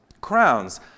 Crowns